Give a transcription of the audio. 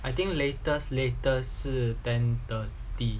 I think latest later 是 ten thirty